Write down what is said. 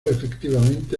efectivamente